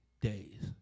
days